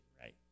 right